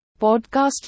podcast